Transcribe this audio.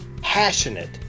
Passionate